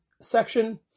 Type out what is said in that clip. section